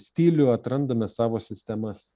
stilių atrandame savo sistemas